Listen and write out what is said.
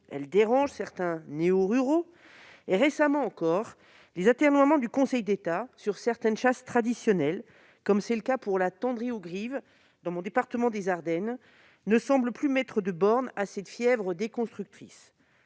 elles dérangent certains néoruraux. Récemment encore, les atermoiements du Conseil d'État sur certaines chasses traditionnelles, comme la tenderie aux grives dans mon département des Ardennes, ne semblent plus mettre de borne à cette fièvre déconstructrice.